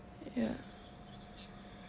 ya